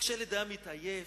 וכשהילד היה מתעייף,